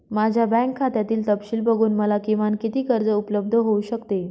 माझ्या बँक खात्यातील तपशील बघून मला किमान किती कर्ज उपलब्ध होऊ शकते?